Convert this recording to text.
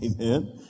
Amen